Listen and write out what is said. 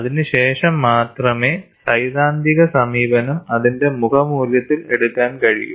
അതിനു ശേഷം മാത്രമേ സൈദ്ധാന്തിക സമീപനം അതിന്റെ മുഖമൂല്യത്തിൽ എടുക്കാൻ കഴിയൂ